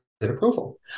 approval